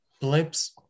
blips